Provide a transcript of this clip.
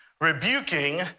rebuking